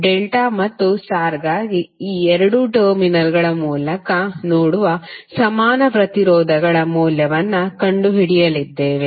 delta ಮತ್ತು ಸ್ಟಾರ್ಗಾಗಿ ಈ 2 ಟರ್ಮಿನಲ್ಗಳ ಮೂಲಕ ನೋಡುವ ಸಮಾನ ಪ್ರತಿರೋಧಗಳ ಮೌಲ್ಯವನ್ನು ಕಂಡುಹಿಡಿಯಲಿದ್ದೇವೆ